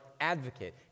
advocate